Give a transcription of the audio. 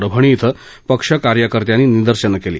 परभणी क्वें पक्ष कार्यकर्त्यांनी निर्दशनं केली